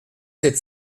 sept